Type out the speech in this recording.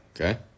okay